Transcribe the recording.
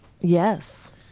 yes